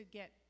get